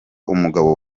umugabo